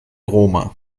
roma